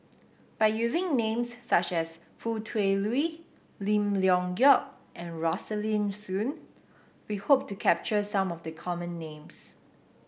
by using names such as Foo Tui Liew Lim Leong Geok and Rosaline Soon we hope to capture some of the common names